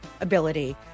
ability